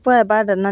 প্ৰথমতে